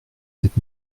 cette